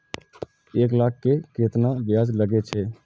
एक लाख के केतना ब्याज लगे छै?